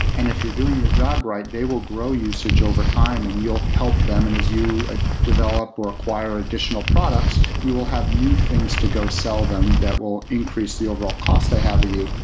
and if you're doing your job right, they will grow usage over time and you'll help them, and as you ah develop or acquire additional products, you will have new things to go sell them that will increase the overall cost they have with you.